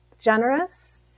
generous